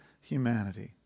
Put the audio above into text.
humanity